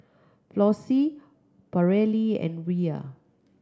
Flossie Paralee and Rhea